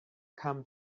come